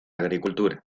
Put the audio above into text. agricultura